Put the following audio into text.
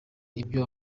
nibyo